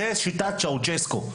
זו שיטת צ'אושסקו,